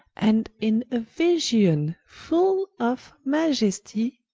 and in a vision full of maiestie,